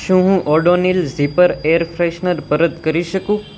શું હું Odonil zipper air freshener પરત કરી શકું